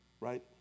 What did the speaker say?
Right